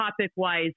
topic-wise